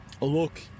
Look